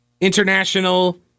International